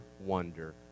wonder